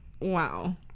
Wow